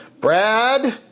Brad